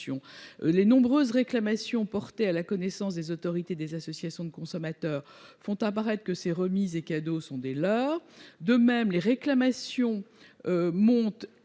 Les nombreuses réclamations portées à la connaissance des autorités et des associations de consommateurs font apparaître que ces remises et cadeaux sont des leurres. De même, les réclamations montrent